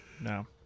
No